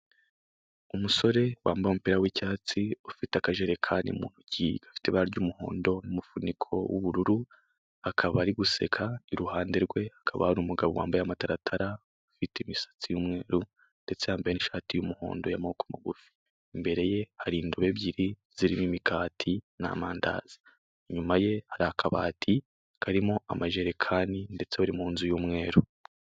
Umusore wambaye umupira w'icyatsi, ufite akajerekani mu ntoki gafite ibara ry'umuhondo n'umufuniko w'ubururu, akaba ari guseka, iruhande rwe hakaba hari umugabo wambaye amataratara, ufite imisatsi y'umweru ndetse yambaye n'ishati y'umuhondo y'amaboko magufi. Imbere ye hari indobo ebyiri zirimo imikati n'amandazi, inyuma ye hari akabati karimo amajerekani ndetse bari mu nzu y'umweru.